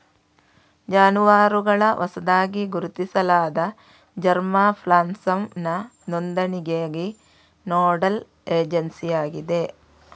ಜಾನುವಾರುಗಳ ಹೊಸದಾಗಿ ಗುರುತಿಸಲಾದ ಜರ್ಮಾ ಪ್ಲಾಸಂನ ನೋಂದಣಿಗಾಗಿ ನೋಡಲ್ ಏಜೆನ್ಸಿಯಾಗಿದೆ